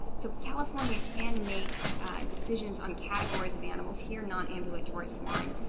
so california can make decisions on categories of animals, here nonambulatory swine,